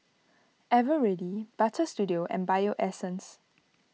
Eveready Butter Studio and Bio Essence